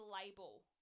label